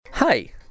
Hi